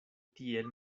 tiel